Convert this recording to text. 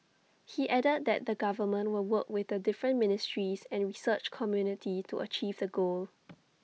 he added that the government will work with the different ministries and research community to achieve the goal